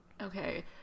Okay